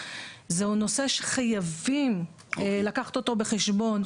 זהו נושא שחייבים לקחת אותו בחשבון.